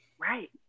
Right